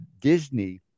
Disney